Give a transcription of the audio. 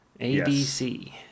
abc